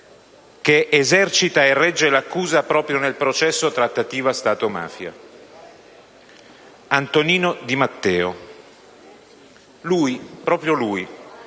che esercita e regge l'accusa nel processo sulla trattativa Stato-mafia, Antonino Di Matteo. Lui - proprio lui!